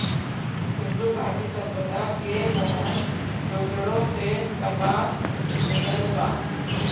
सिंधु घाटी सभ्यता के मोहन जोदड़ो से कपास मिलल बा